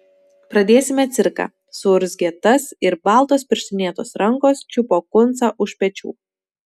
pradėsime cirką suurzgė tas ir baltos pirštinėtos rankos čiupo kuncą už pečių